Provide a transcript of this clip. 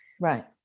right